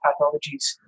pathologies